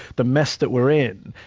the mess that we're in.